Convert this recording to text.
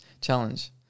Challenge